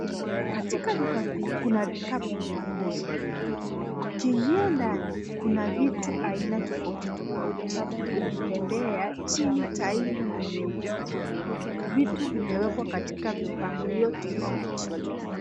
Katika duka kuu kuna vikapu mlangoni. Ukiingia ndani kuna vitu aina tofauti tofuti. Ukitembea chini tile ni nyeusi. Vitu vimewekwa katika vipangulio tofauti.